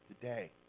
today